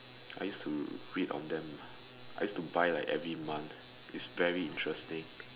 I used to read on them I used to buy like every month its very interesting